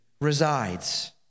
resides